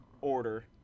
order